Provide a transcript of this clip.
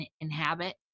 inhabit